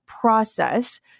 process